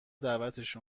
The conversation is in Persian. دعوتش